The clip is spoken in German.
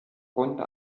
runde